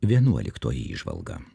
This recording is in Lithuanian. vienuoliktoji įžvalga